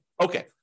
Okay